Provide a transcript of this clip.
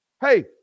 Hey